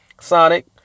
Sonic